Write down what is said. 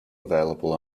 available